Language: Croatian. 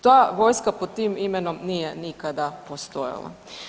Ta vojska pod tim imenom nije nikada postojala.